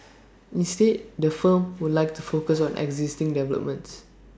instead the firm would like to focus on existing developments